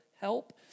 help